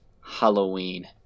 Halloween